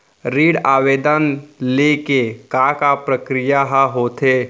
ऋण आवेदन ले के का का प्रक्रिया ह होथे?